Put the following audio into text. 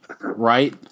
right